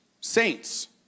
saints